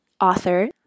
author